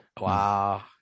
Wow